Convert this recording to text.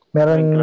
Meron